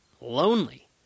lonely